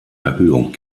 erhöhung